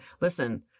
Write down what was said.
Listen